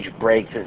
breaks